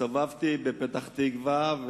הסתובבתי בפתח-תקווה,